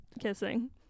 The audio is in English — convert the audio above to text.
kissing